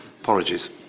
Apologies